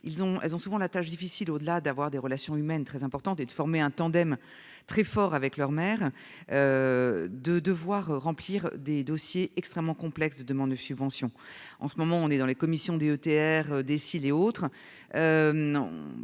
elles ont souvent la tâche difficile. Au-delà d'avoir des relations humaines très important et de former un tandem très fort avec leur mère. De devoir remplir des dossiers extrêmement complexe de demande de subventions en ce moment on est dans les commissions DETR. Autres.